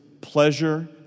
pleasure